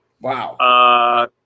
wow